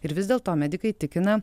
ir vis dėlto medikai tikina